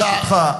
ברשותך,